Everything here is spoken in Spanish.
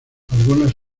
algunas